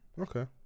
Okay